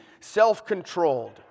self-controlled